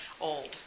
old